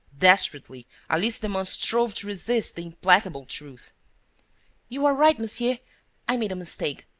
desperately, alice demun strove to resist the implacable truth you are right, monsieur i made a mistake.